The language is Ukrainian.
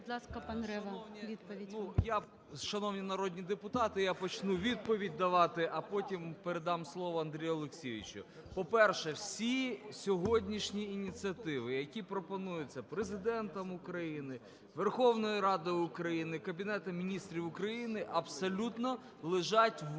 Шановні народні депутати, я почну відповідь давати, а потім передам слово Андрію Олексійовичу. По-перше, всі сьогоднішні ініціативи, які пропонуються Президентом України, Верховною Радою України, Кабінетом Міністрів України, абсолютно лежать в